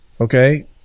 Okay